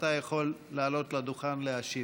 אתה יכול לעלות לדוכן להשיב.